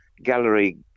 gallery